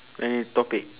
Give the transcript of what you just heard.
any topic